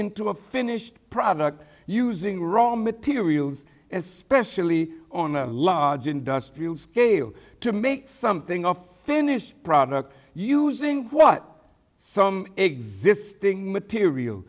into a finished product using raw materials especially on a large industrial scale to make something of finished product using what some existing material